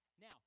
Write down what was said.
Now